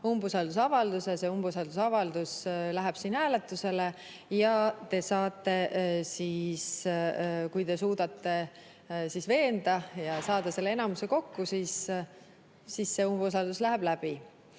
umbusaldusavalduse, see umbusaldusavaldus läheb siin hääletusele ning kui te suudate veenda ja saada selle enamuse kokku, siis see umbusaldus läheb läbi.